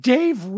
Dave